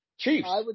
Chiefs